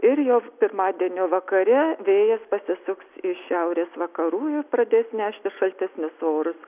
ir jau pirmadienio vakare vėjas pasisuks iš šiaurės vakarų ir pradės nešti šaltesnius orus